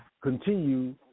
continue